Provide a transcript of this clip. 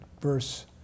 verse